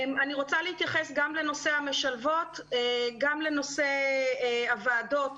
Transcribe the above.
אני רוצה להתייחס לנושא המשלבות, לנושא הוועדות